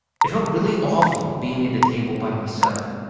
it felt really awful being at the table by myself.